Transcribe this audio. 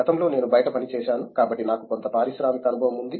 గతంలో నేను బయట పనిచేశాను కాబట్టి నాకు కొంత పారిశ్రామిక అనుభవం ఉంది